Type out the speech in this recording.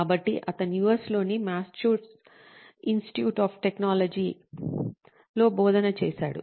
కాబట్టి అతను US లోని మసాచుసెట్స్ ఇన్స్టిట్యూట్ ఆఫ్ టెక్నాలజీలో బోధన చేస్తున్నారు